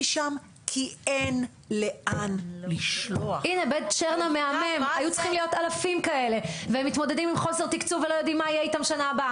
כבר אישרו אותו בממשלה וכבר אמרו שיעבירו כסף,